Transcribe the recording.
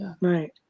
Right